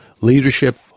leadership